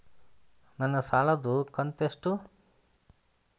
ನನ್ನ ಸಾಲದು ಕಂತ್ಯಷ್ಟು?